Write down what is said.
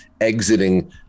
exiting